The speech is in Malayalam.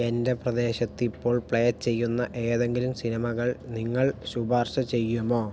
എന്റെ പ്രദേശത്ത് ഇപ്പോൾ പ്ലേ ചെയ്യുന്ന ഏതെങ്കിലും സിനിമകൾ നിങ്ങൾ ശുപാർശ ചെയ്യുമോ